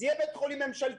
זה יהיה בית חולים ממשלתי?